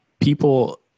people